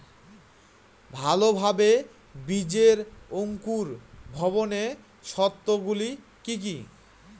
ভালোভাবে বীজের অঙ্কুর ভবনের শর্ত গুলি কি কি?